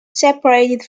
separated